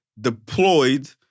deployed